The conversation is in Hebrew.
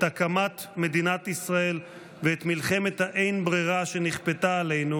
את הקמת מדינת ישראל ואת מלחמת האין-ברירה שנכפתה עלינו